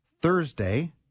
Thursday